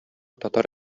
татар